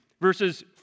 Verses